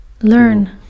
learn